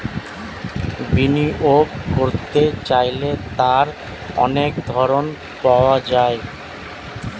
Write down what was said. বিনিয়োগ করতে চাইলে তার অনেক ধরন পাওয়া যায়